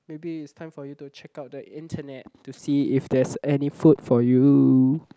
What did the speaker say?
maybe it's time for you to check out the internet to see if there's any food for you